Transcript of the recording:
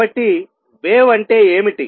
కాబట్టివేవ్ అంటే ఏమిటి